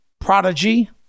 prodigy